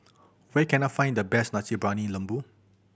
where can I find the best Nasi Briyani Lembu